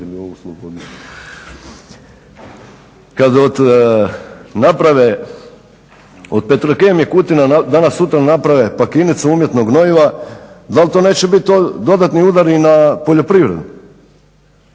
kad od Petrokemije Kutine naprave pakirnicu umjetnog gnojiva dal to neće biti dodatni udari na poljoprivredu,